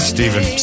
Steven